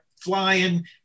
flying